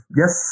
yes